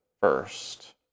first